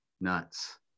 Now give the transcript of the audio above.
Nuts